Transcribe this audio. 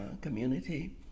community